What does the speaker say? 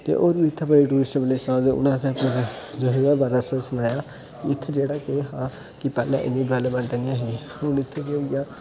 ते और बी इत्थै बड़ियां टूरिस्ट प्लेसा न उन्ने आखेआ जोह्दे बारै असे सनाया इत्थे जेह्ड़ा के हा की पैह्ले इन्नी डेवलपमेंट नेईं ऐ ही हुन इत्थे के ओई गेआ